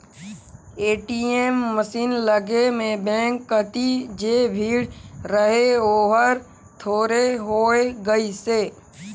ATM machine लगे में bank कति जे भीड़ रहें ओहर थोरहें होय गईसे